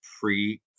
pre